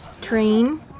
train